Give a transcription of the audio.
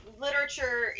literature